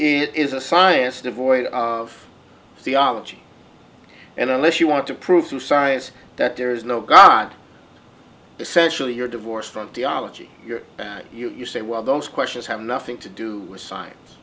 it is a science devoid of theology and unless you want to prove to science that there is no god essentially you're divorced from theology you're you you say well those questions have nothing to do with science